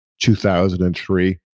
2003